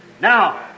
Now